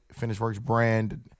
finishworksbrand